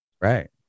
Right